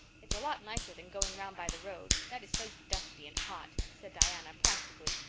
it's a lot nicer than going round by the road that is so dusty and hot, said diana practically,